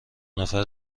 نفر